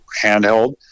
handheld